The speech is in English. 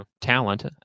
talent